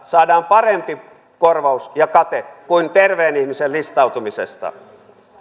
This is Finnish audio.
saadaan parempi korvaus ja kate kuin terveen ihmisen listautumisesta